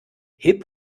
hip